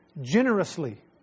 generously